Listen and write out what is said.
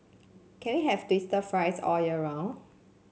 can we have twister fries all year round